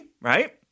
right